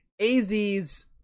az's